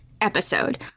episode